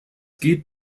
geht